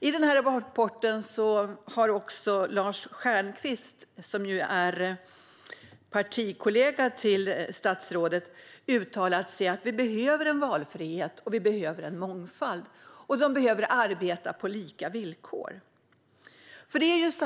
I rapporten har Lars Stjernkvist, partikollega till statsrådet, uttalat att det behövs valfrihet och mångfald på lika villkor.